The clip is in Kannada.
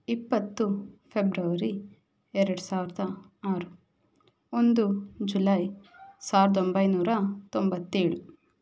ಇಪ್ಪತ್ತು ಫೆಬ್ರವರಿ ಎರಡು ಸಾವಿರದ ಆರು ಒಂದು ಜುಲೈ ಸಾವಿರದೊಂಬೈನೂರ ತೊಂಬತ್ತೇಳು